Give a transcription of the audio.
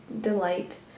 delight